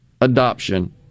adoption